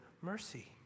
mercy